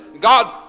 God